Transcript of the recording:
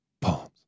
Palms